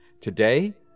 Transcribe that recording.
Today